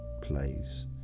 plays